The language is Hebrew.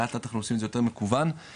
לאט לאט אנחנו עושים את זה יותר מקוון כאשר